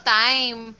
time